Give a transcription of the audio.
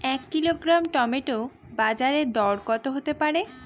এক kilogram tomato বাজের দরকত হতে পারে?